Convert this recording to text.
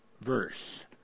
verse